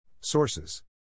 Sources